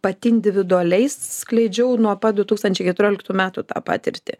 pati individualiai skleidžiau nuo pat du tūkstančiai keturioliktų metų tą patirtį